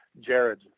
Jared